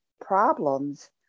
problems